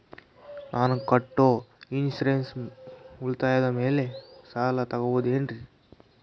ನಾನು ಕಟ್ಟೊ ಇನ್ಸೂರೆನ್ಸ್ ಉಳಿತಾಯದ ಮೇಲೆ ಸಾಲ ತಗೋಬಹುದೇನ್ರಿ?